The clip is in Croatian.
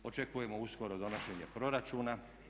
Očekujemo uskoro donošenje proračuna.